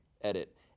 Edit